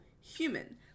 human